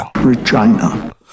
Regina